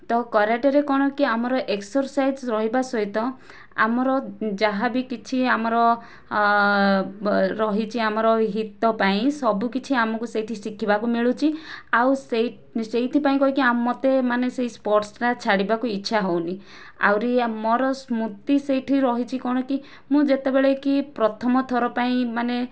ତ କରାଟେରେ କ'ଣ କି ଆମର ଏକ୍ସରସାଇଜ୍ ରହିବା ସହିତ ଆମର ଯାହାବି କିଛି ଆମର ରହିଛି ଆମର ହିତ ପାଇଁ ସବୁ କିଛି ଆମକୁ ସେଇଠି ଶିଖିବାକୁ ମିଳୁଛି ଆଉ ସେ ସେଇଥିପାଇଁ କହିକି ମୋତେ ମାନେ ସେହି ସ୍ପୋର୍ଟସ୍ ଟା ଛାଡ଼ିବାକୁ ଇଛା ହେଉନି ଆହୁରି ମୋର ସ୍ମୃତି ସେଇଠି ରହିଛି କ'ଣ କି ମୁଁ ଯେତେବେଳେ କି ପ୍ରଥମଥର ପାଇଁ ମାନେ